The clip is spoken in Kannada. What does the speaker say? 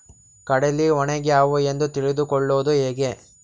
ಕಡಲಿ ಒಣಗ್ಯಾವು ಎಂದು ತಿಳಿದು ಕೊಳ್ಳೋದು ಹೇಗೆ?